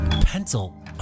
pencil